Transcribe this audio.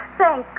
thank